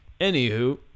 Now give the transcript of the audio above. Anywho